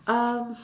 um